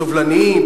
סובלניים,